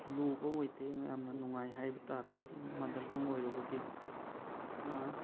ꯂꯨꯕ ꯑꯣꯏꯗꯦ ꯌꯥꯝꯅ ꯅꯨꯡꯉꯥꯏ ꯍꯥꯏꯕ ꯇꯥꯔꯦ ꯃꯥꯗꯔ ꯇꯪ ꯑꯣꯏꯔꯨꯕꯒꯤ ꯑꯗꯨꯅ